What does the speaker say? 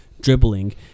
dribbling